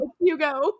Hugo